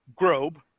Grobe